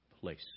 place